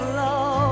love